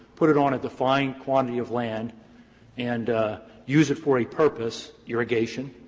put it on a defined quantity of land and use it for a purpose, irrigation,